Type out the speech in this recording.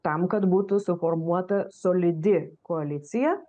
tam kad būtų suformuota solidi koalicija